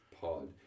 pod